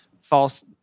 false